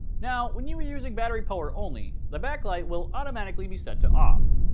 now, when you are using battery power only the backlight will automatically be set to off.